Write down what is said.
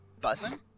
buzzing